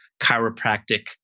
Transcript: chiropractic